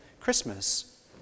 Christmas